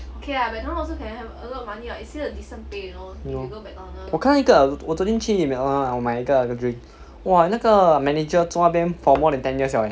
ya lor 我看到一个我昨天去 McDonald's 我买一个 drink !wah! 那个 manager 做那边 for more than ten years 了 eh